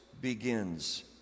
begins